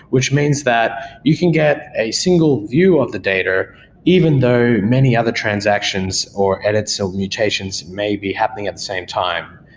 which means that you can get a single view of the data even though many other transactions or edits so of mutations may be happening at the same time,